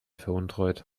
veruntreut